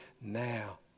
now